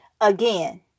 Again